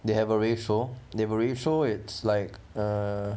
they have a ratio they have ratio it's like uh